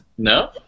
No